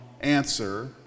answer